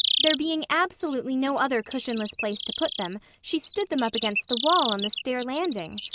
there being absolutely no other cushionless place to put them she stood them up against the wall on the stair landing.